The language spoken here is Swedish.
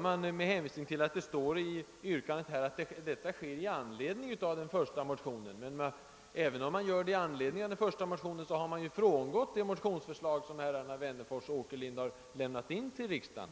Man gör visserligen detta med hänvisning även till den första motionen, men även om så sker frångås det motionsförslag som herrarna Wennerfors och Åkerlind varit med att förelägga riksdagen.